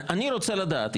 אני רוצה לדעת.